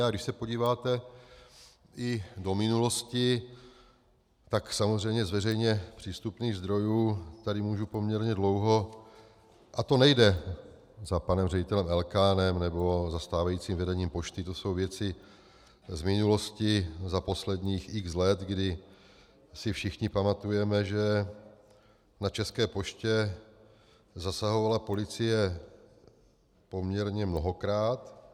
A když se podíváte i do minulosti, tak samozřejmě z veřejně přístupných zdrojů tady můžu poměrně dlouho hovořit a to nejde za panem ředitelem Elkánem nebo za stávajícím vedením pošty, to jsou věci z minulosti za posledních x let, kdy si všichni pamatujeme, že na České poště zasahovala policie poměrně mnohokrát.